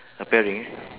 a pairing